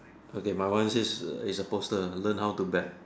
okay my one says its a poster learn how to bat